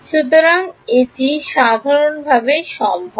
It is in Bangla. সুতরাং এটি সাধারণভাবেই সম্ভব